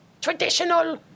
traditional